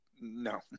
no